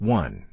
one